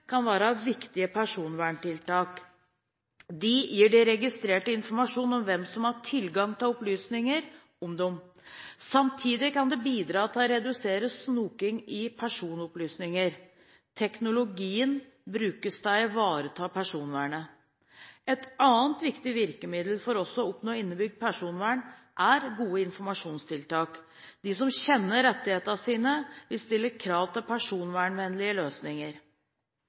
kan være viktige personverntiltak. De gir de registrerte informasjon om hvem som har tilgang til opplysninger om dem. Samtidig kan det bidra til å redusere snoking i personopplysninger. Teknologien brukes til å ivareta personvernet. Et annet viktig virkemiddel for også å oppnå innebygd personvern, er gode informasjonstiltak. De som kjenner rettighetene sine, vil stille krav til personvernvennlige løsninger.